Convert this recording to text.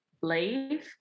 leave